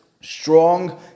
strong